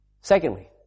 Secondly